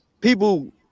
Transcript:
people